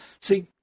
See